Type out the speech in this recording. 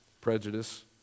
prejudice